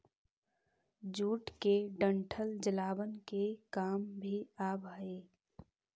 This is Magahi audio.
जूट के डंठल जलावन के काम भी आवऽ हइ